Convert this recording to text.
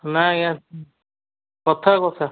ନା ଆଜ୍ଞା କଥାକୁ କଥା